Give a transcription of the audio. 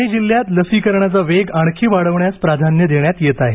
पुणे जिल्ह्यात लसीकरणाचा वेग आणखी वाढवण्यास प्राधान्य देण्यात येत आहे